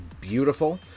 beautiful